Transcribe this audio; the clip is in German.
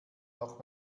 noch